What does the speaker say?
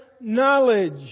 knowledge